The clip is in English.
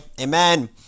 Amen